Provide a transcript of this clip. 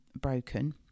broken